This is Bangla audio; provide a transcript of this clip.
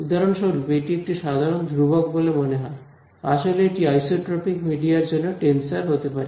উদাহরণস্বরূপ এটি একটি সাধারণ ধ্রুবক বলে মনে হয় আসলে এটি আইসোট্রপিক মিডিয়ার জন্য টেনসর হতে পারে